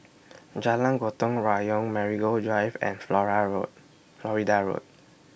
Jalan Gotong Royong Marigold Drive and Flora Florida Road